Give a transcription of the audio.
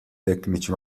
tecnici